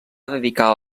dedicar